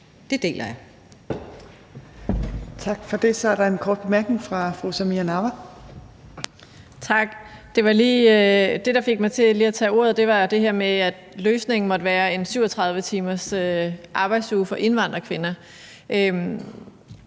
Det deler jeg.